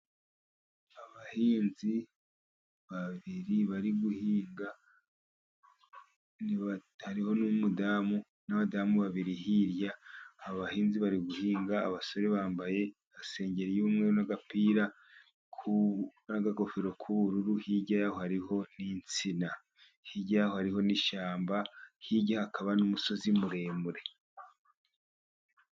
Abahinzi babiri bari guhinga, hariho n'umudamu n'abadamu babiri hirya abahinzi bari guhinga ,abasore bambaye amasengeri y'umweru, n'agapira, n'akagofero k'ubururu, hirya hariho n'insina ,hirya hariho n'ishyamba, hirya hakaba n'umusozi muremure.